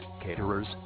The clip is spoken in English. caterers